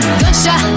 gunshot